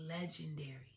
legendary